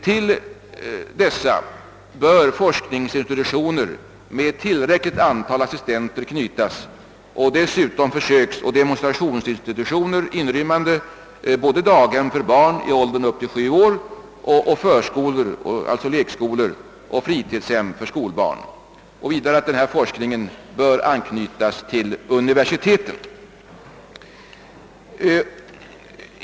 Till dessa bör forskningsinstitutioner med ett tillräckligt antal assistenter knytas samt försöksoch demonstrationsinstitutioner rymmande såväl daghem för barn upp till sju års ålder som förskolor, lekskolor, och fritidshem för skolbarn. Denna forskning bör enligt min mening anknytas till universiteten.